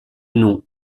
nom